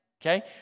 Okay